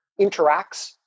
interacts